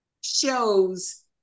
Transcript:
shows